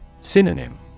Synonym